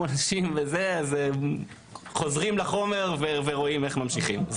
אנשים וחוזרים לחומר ורואים איך ממשיכים.